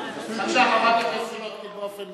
באופן